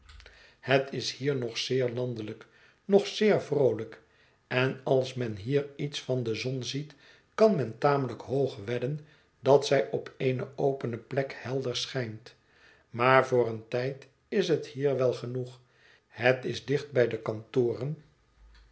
het is hier noch m m het verlaten huis zeer landelijk noch zeer vroolijk en als men hier iets van de zon ziet kan men tamelijk hoog wedden dat zij op eene opene plek helder schijnt maar voor een tijd is het hier wel genoeg het is dicht hij de kantoren